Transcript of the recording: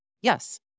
Yes